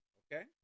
okay